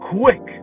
quick